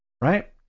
Right